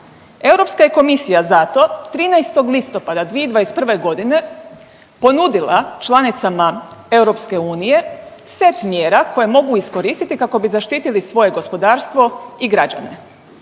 Europska je komisija zato 13. listopada 2021. godine ponudila članicama EU set mjera koje mogu iskoristiti kako bi zaštitili svoje gospodarstvo i građane.